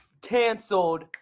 canceled